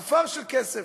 עפר של כסף.